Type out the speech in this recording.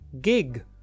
gig